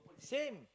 same